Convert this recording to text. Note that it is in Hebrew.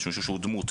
למישהו שהוא דמות.